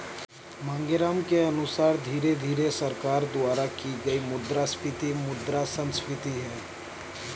मांगेराम के अनुसार धीरे धीरे सरकार द्वारा की गई मुद्रास्फीति मुद्रा संस्फीति है